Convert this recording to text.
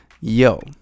Yo